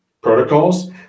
protocols